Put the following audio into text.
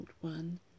one